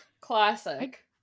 Classic